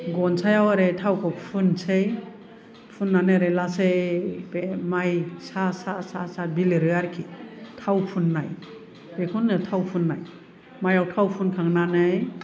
गनसायाव ओरै थावखौ फुननोसै फुननानै ओरै लासै बे माइ सा सा बिलिरो आरोखि थाव फुननाय बेखौ होनो थाव फुननाय माइयाव थाव फुनखांनानै